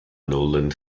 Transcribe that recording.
nullen